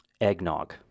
eggnog